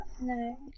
No